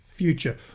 future